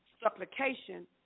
supplication